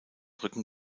rücken